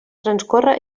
transcorre